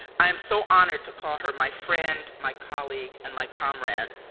i am so honored to call her my friend, my colleague and my comrade.